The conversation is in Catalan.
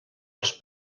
els